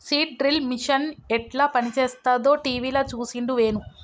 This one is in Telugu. సీడ్ డ్రిల్ మిషన్ యెట్ల పనిచేస్తదో టీవీల చూసిండు వేణు